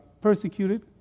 persecuted